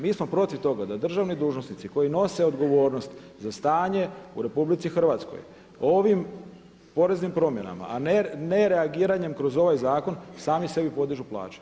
Mi smo protiv toga da državni dužnosnici koji nose odgovornost za stanje u Republici Hrvatskoj ovim poreznim promjenama, a ne reagiranjem kroz ovaj zakon sami sebi podižu plaće.